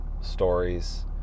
stories